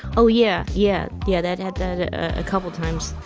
oh, yeah. yeah. yeah that had that a couple times